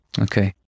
okay